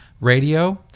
radio